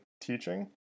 teaching